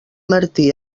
martí